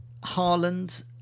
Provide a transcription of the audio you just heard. Haaland